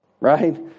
right